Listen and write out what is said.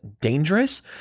dangerous